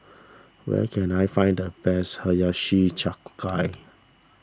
where can I find the best Hiyashi Chuka